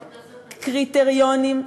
קריטריונים,